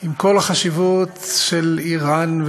שעם כל החשיבות של איראן,